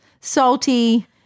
salty